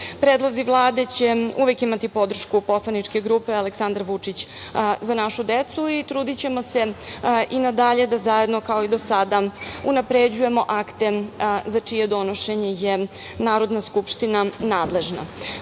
zadatku. Predlozi Vlade će uvek imati podršku poslaničke grupe Aleksandar Vučić – Za našu decu, i trudićemo se i na dalje da zajedno, kao i do sada, unapređujemo akte za čije donošenje je Narodna skupština nadležna.U